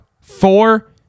Four